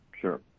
Sure